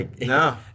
no